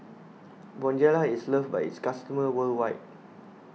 Bonjela is loved by its customers worldwide